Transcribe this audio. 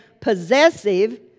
possessive